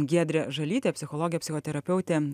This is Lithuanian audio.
giedrė žalytė psichologė psichoterapeutė